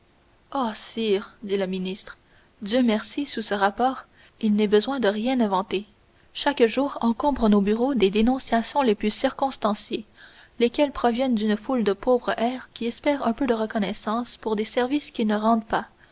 sire dit le ministre dieu merci sous ce rapport il n'est besoin de rien inventer chaque jour encombre nos bureaux des dénonciations les plus circonstanciées lesquelles proviennent d'une foule de pauvres hères qui espèrent un peu de reconnaissance pour des services qu'ils ne rendent pas